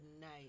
night